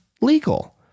legal